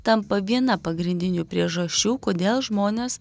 tampa viena pagrindinių priežasčių kodėl žmonės